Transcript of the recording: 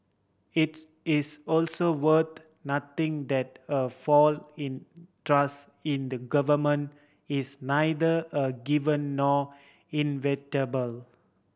its is also worth noting that a fall in trust in the Government is neither a given nor inevitable